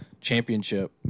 championship